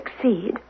succeed